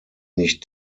nicht